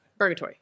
Burgatory